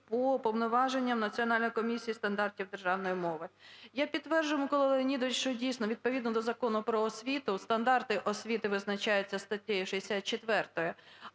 по повноваженням Національної комісії стандартів державної мови. Я підтверджую, Микола Леонідович, що дійсно відповідно до Закону "Про освіту" стандарти освіти визначаються статтею 64,